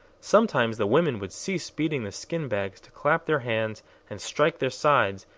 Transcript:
sometimes the women would cease beating the skin bags to clap their hands and strike their sides,